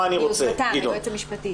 יוכלו לפנות, ביוזמתם, היועץ המשפטי.